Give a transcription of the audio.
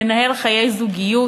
לנהל חיי זוגיות,